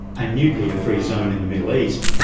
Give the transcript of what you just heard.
a nuclear-free zone in the middle east,